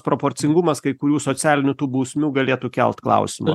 proporcingumas kai kurių socialinių tų bausmių galėtų kelt klausimą